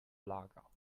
lager